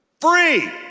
Free